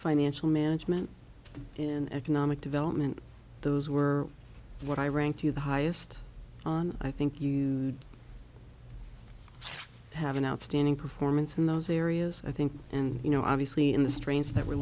financial management in economic development those were what i ran to the highest on i think you have an outstanding performance in those areas i think and you know obviously in the strains that were